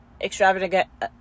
extravagant